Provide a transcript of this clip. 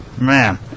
Man